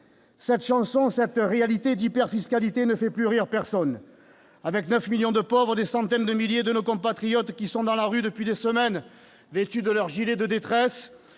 cette chanson, cette réalité d'hyper-fiscalité, ne fait plus rire personne. Avec 9 millions de pauvres, des centaines de milliers de nos compatriotes dans la rue depuis des semaines, vêtus de leur gilet de détresse,